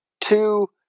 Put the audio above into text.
two